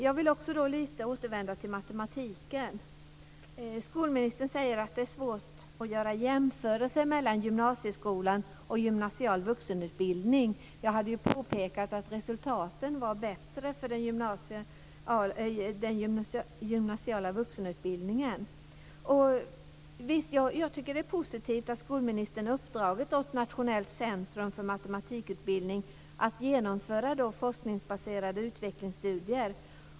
Jag vill också återvända lite till matematiken. Skolministern säger att det är svårt att göra jämförelser mellan gymnasieskolan och gymnasial vuxenutbildning. Jag påpekade ju att resultaten var bättre vid den gymnasiala vuxenutbildningen. Jag tycker att det är positivt att skolministern har uppdragit åt Nationellt Centrum för Matematikutbildning att genomföra forskningsbaserade utvecklingsstudier.